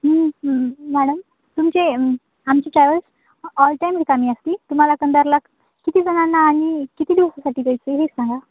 हं हं मॅडम तुमचे आमची ट्रॅव्हल्स ऑल टाईम रिकमी असते तुम्हाला कंधारला किती जणांना आणि किती दिवसासाठी जायचं हे सांगा